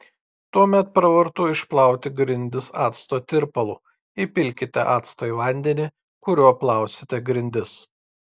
tuomet pravartu išplauti grindis acto tirpalu įpilkite acto į vandenį kuriuo plausite grindis